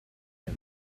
him